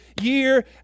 year